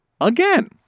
again